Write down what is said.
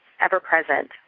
ever-present